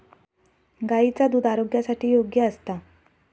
गायीचा दुध आरोग्यासाठी योग्य असता